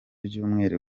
ibyumweru